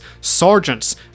sergeants